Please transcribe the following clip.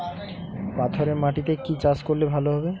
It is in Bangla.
পাথরে মাটিতে কি চাষ করলে ভালো হবে?